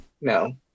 no